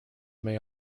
may